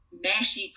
mashy